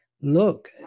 look